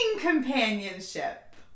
companionship